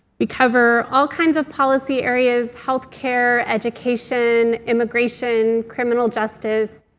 we cover all kinds of policy areas health care, education, immigration, criminal justice,